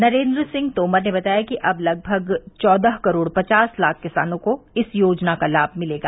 नरेन्द्र सिंह तोमर ने बताया कि अब लगभग चौदह करोड़ पचास लाख किसानों को इस योजना का लाभ मिलेगा